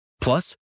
Plus